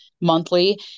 monthly